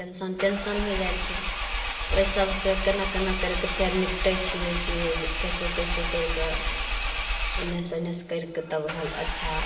tension tension होइ जाइ छै ओइ सबसँ केना केना करिकऽ फेर निपटय छियै की जे कयसहुँ कयसहुँ करिकऽ एनेसँ ओनेसँ करिकऽ तब अच्छा